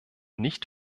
nicht